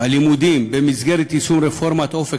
הלימודים גם במסגרת יישום רפורמת "אופק